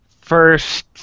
First